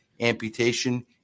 amputation